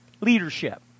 leadership